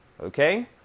Okay